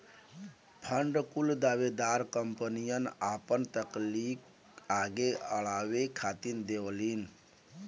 fund कुल दावेदार कंपनियन आपन तकनीक आगे अड़ावे खातिर देवलीन